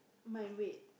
my wait